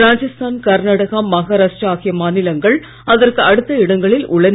ராஜஸ்தான் கர்நாடகா மகாராஷ்டிரா ஆகிய மாநிலங்கள் அதற்கு அடுத்த இடங்களில் உள்ளன